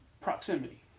proximity